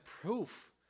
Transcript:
proof